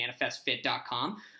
ManifestFit.com